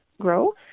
grow